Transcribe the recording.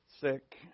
sick